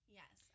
yes